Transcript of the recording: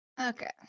Okay